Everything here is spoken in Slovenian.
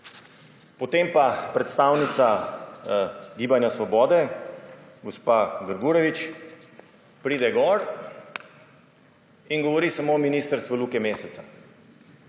Potem pa predstavnica Gibanja Svoboda gospa Grgurevič pride gor in govori samo o ministrstvu Luke Mesca.